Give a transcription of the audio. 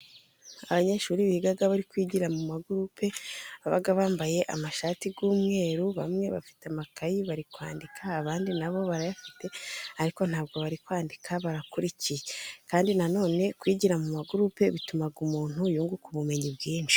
Abanyeshuri biga bari kwigira mu magurupe, baba bambaye amashati y'umweru, bamwe bafite amakayi bari kwandika, abandi na bo barayafite ariko nta bwo bari kwandika, barakurikiye. Kandi na none kwigira mu magurupe bituma umuntu yunguka ubumenyi bwinshi.